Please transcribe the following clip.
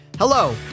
Hello